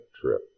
trip